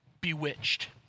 bewitched